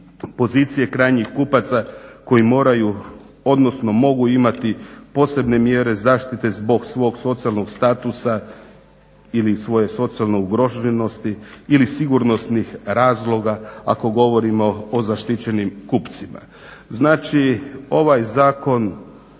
pozicije krajnjih kupaca koji moraju, odnosno mogu imati posebne mjere zaštite zbog svog socijalnog statusa ili svoje socijalne ugroženosti ili sigurnosnih razloga ako govorimo o zaštićenim kupcima. Znači, ovaj zakon